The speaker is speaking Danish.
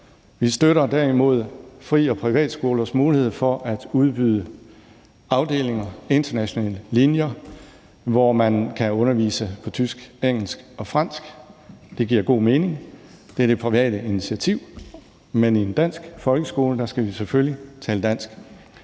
Vi støtter derimod fri- og privatskolers mulighed for at udbyde internationale linjer, hvor man kan undervise på tysk, engelsk og fransk. Det giver god mening; det er det private initiativ, men i en dansk folkeskole skal man selvfølgelig tale dansk.